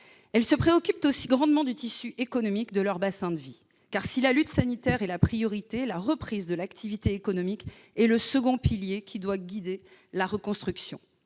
Elles se préoccupent aussi grandement du tissu économique de leur bassin de vie. Car, si la lutte sanitaire est la priorité, la reprise de l'activité économique est le second pilier qui doit guider la reconstruction.